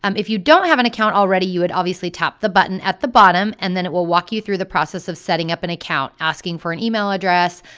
um if you don't have an account already you would obviously tap the button at the bottom, and then it will walk you through the process of setting up an account, asking for an email address,